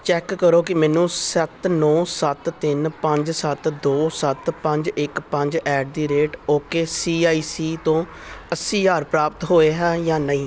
check ਕਰੋ ਕਿ ਮੈਨੂੰ ਸੱਤ ਨੌ ਸੱਤ ਤਿੰਨ ਪੰਜ ਸੱਤ ਦੋ ਸੱਤ ਪੰਜ ਇੱਕ ਪੰਜ at the rate okay C I C ਤੋਂ ਅੱਸੀ ਹਜ਼ਾਰ ਪ੍ਰਾਪਤ ਹੋਏ ਹੈ ਜਾਂ ਨਹੀਂ